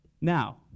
Now